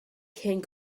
cyn